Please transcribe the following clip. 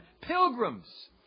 pilgrims